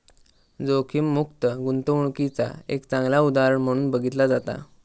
जोखीममुक्त गुंतवणूकीचा एक चांगला उदाहरण म्हणून बघितला जाता